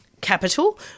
capital